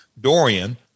Dorian